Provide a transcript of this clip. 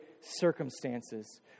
circumstances